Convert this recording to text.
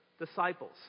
disciples